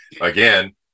again